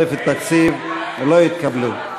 בדבר תוספת תקציב לא נתקבלו.